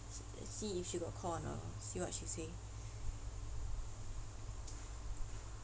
see if she got call or not see what she say